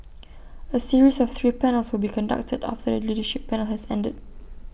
A series of three panels will be conducted after the leadership panel has ended